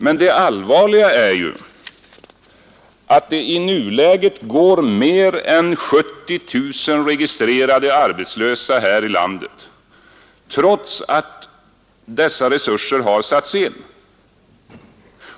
Men det allvarliga är ju att det i nuläget går mer än 70 000 registrerade arbetslösa här i landet, trots att dessa resurser har satts in.